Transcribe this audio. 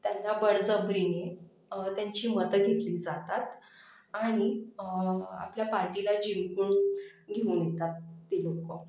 त्यांना बळजबरीने त्यांची मतं घेतली जातात आणि आपल्या पार्टीला जिंकून घेऊन येतात ती लोकं